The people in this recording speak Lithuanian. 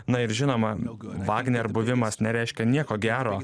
na ir žinoma vagner buvimas nereiškia nieko gero